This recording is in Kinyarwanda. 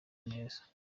neza